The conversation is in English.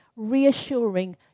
Reassuring